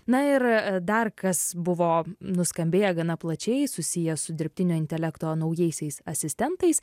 na ir dar kas buvo nuskambėję gana plačiai susiję su dirbtinio intelekto naujaisiais asistentais